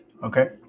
Okay